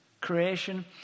Creation